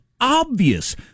obvious